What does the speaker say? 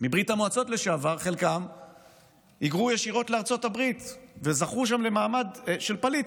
מברית המועצות לשעבר היגרו ישירות לארצות הברית וזכו שם למעמד של פליט.